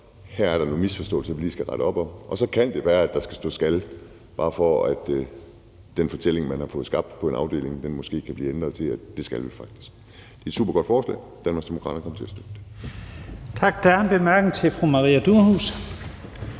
her er der nogle misforståelser, vi lige skal have rettet op på. Så kan det være, at der skal stå »skal«, bare for at den fortælling, man har fået skabt på en afdeling, måske kan blive ændret til, at det skal man faktisk. Det er et supergodt forslag. Danmarksdemokraterne kommer til at støtte det. Kl. 12:20 Første næstformand